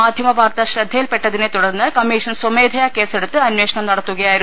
മാധ്യമവാർത്ത ശ്രദ്ധയിൽപ്പെട്ടതിനെ തുടർന്ന് കമ്മീഷൻ സ്വമേധയാ കേസെടുത്ത് അന്വേഷണം നടത്തുകയായിരുന്നു